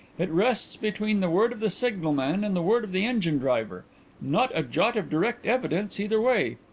it rests between the word of the signalman and the word of the engine-driver not a jot of direct evidence either way.